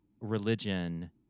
religion